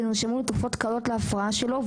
ונרשמו תרופות קלות להפרעה שלו,